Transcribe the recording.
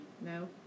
No